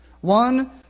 one